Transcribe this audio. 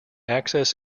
access